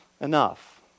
enough